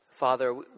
Father